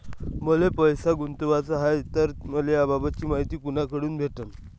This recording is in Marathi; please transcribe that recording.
मले पैसा गुंतवाचा हाय तर मले याबाबतीची मायती कुनाकडून भेटन?